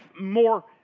more